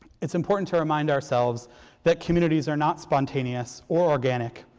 it's important to remind ourselves that communities are not spontaneous or organic.